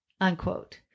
unquote